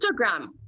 Instagram